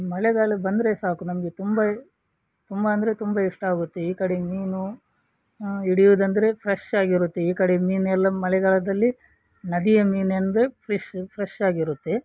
ಮಳೆಗಾಲ ಬಂದರೆ ಸಾಕು ನಮಗೆ ತುಂಬ ಇ ತುಂಬ ಅಂದರೆ ತುಂಬ ಇಷ್ಟ ಆಗುತ್ತೆ ಈ ಕಡೆ ಮೀನು ನ ಹಿಡಿಯುವುದೆಂದ್ರೆ ಫ್ರೆಶ್ ಆಗಿರುತ್ತೆ ಈ ಕಡೆ ಮೀನೆಲ್ಲ ಮಳೆಗಾಲದಲ್ಲಿ ನದಿಯ ಮೀನೆಂದರೆ ಫ್ರೆಶ್ ಫ್ರೆಶ್ ಆಗಿರುತ್ತೆ